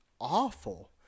awful